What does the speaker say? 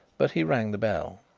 but he rang the bell.